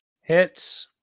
Hits